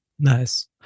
Nice